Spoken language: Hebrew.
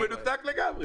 הוא מנותק לגמרי.